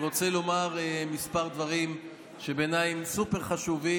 אני רוצה לומר כמה דברים שבעיניי הם סופר-חשובים